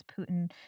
Putin